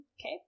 Okay